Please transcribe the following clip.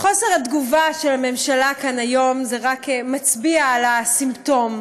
חוסר התגובה של הממשלה כאן היום רק מצביע על הסימפטום.